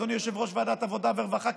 אדוני יושב-ראש ועדת העבודה והרווחה,